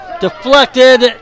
Deflected